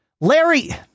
Larry